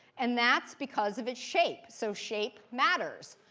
and that's because of its shape. so shape matters.